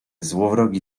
złowrogi